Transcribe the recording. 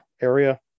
area